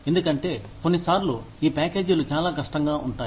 ఎందుకంటే కొన్నిసార్లు ఈ ప్యాకేజీలు చాలా కష్టంగా ఉంటాయి